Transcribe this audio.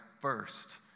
first